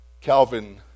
Calvin